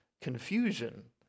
confusion